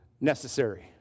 necessary